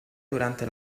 durante